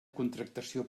contractació